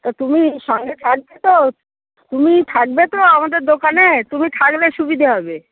তা তুমি সঙ্গে থাকবে তো তুমি থাকবে তো আমাদের দোকানে তুমি থাকলে সুবিদে হবে